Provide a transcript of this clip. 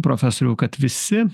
profesoriau kad visi